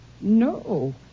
No